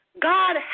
God